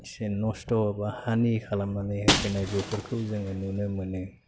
नस्थ' हानि खालामनानै होफैनाय बेफोरखौ जोङो नुनो मोनो